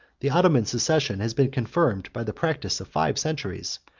the ottoman succession has been confirmed by the practice of five centuries,